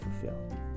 fulfill